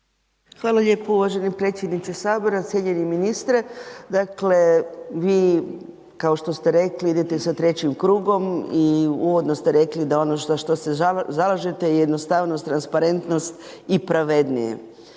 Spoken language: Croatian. Hvala lijepo uvaženi predsjedniče Hrvatskoga sabora. Cijenjeni ministre, dakle vi kao što ste rekli, idete sa trećim krugom i uvodno ste rekli da ono za što se zalažete je jednostavnost, transparentnost i pravednije.